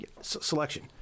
selection